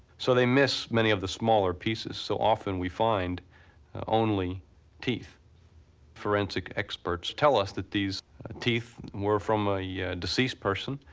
so they miss many of the smaller pieces. so often, we find only teeth forensic experts tell us that these teeth were from a yeah deceased person,